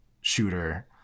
shooter